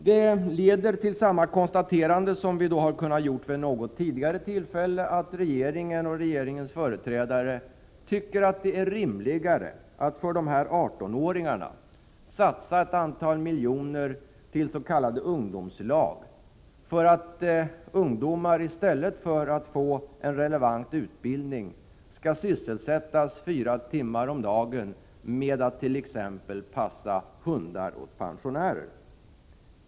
Det för fram till samma konstaterande som vi har kunnat göra vid något tidigare tillfälle, nämligen att regeringen och dess företrädare tycker det är rimligare att för de här 18-åringarna satsa ett antal miljoner till s.k. ungdomslag för att ungdomarna i stället för att få en relevant utbildning skall sysselsättas 4 timmar om dagen med att t.ex. passa hundar åt pensionärer.